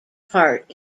part